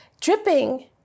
Dripping